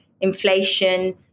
inflation